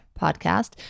podcast